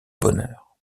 bonheur